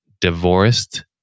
divorced